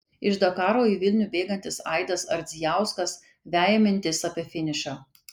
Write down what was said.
iš dakaro į vilnių bėgantis aidas ardzijauskas veja mintis apie finišą